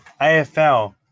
AFL